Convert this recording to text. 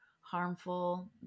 harmful